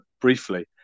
briefly